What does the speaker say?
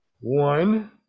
One